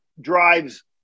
drives